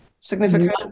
Significant